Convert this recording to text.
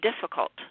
difficult